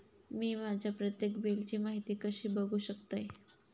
मी माझ्या प्रत्येक बिलची माहिती कशी बघू शकतय?